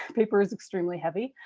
paper is extremely heavy.